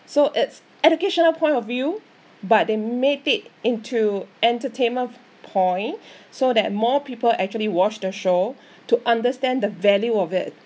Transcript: so it's educational point of view but they made it into entertainment point so that more people actually watch the show to understand the value of it